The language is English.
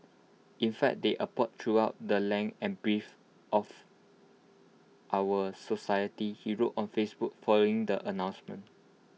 in fact they abound throughout the length and breadth of our society he wrote on Facebook following the announcement